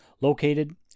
located